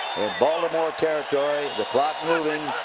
baltimore territory. the clock moving.